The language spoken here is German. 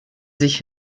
sich